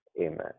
Amen